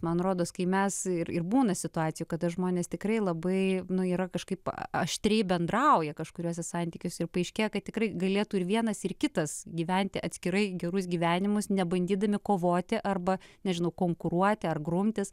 man rodos kai mes ir ir būna situacijų kada žmonės tikrai labai nu yra kažkaip aštriai bendrauja kažkuriuose santykius ir paaiškėja kad tikrai galėtų ir vienas ir kitas gyventi atskirai gerus gyvenimus nebandydami kovoti arba nežinau konkuruoti ar grumtis